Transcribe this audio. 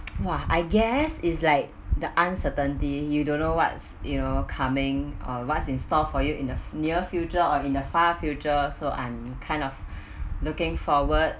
!wah! I guess is like the uncertainty you don't know what's you know coming or what's in store for you in the near future or in the far future so I'm kind of looking forward